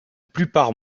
plupart